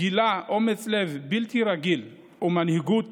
גילה אומץ לב בלתי רגיל ומנהיגות